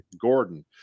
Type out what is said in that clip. Gordon